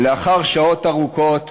ולאחר שעות ארוכות